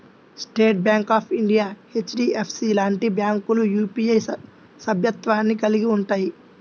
state Bank of India, HDFC లాంటి బ్యాంకులు UPI సభ్యత్వాన్ని కలిగి ఉంటయ్యి